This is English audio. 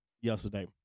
yesterday